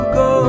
go